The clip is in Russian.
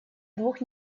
двух